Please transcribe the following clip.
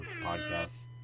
podcast